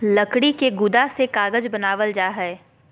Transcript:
लकड़ी के गुदा से कागज बनावल जा हय